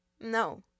no